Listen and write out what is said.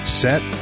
set